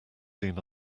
seen